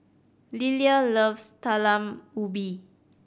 Lilia loves Talam Ubi